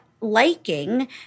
liking